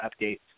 updates